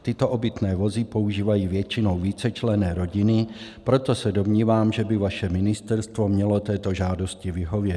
Tyto obytné vozy používají většinou vícečlenné rodiny, proto se domnívám, že by vaše ministerstvo mělo této žádosti vyhovět.